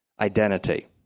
identity